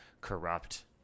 corrupt